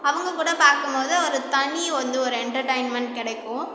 அவங்கக்கூட பார்க்குமோது ஒரு தனி வந்து ஒரு என்டர்டைன்மெண்ட் கிடைக்கும்